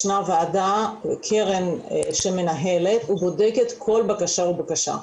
ישנה ועדה, קרן שמנהלת ובודקת כל בקשה ובקשה.